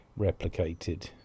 replicated